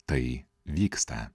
tai vyksta